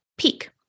peak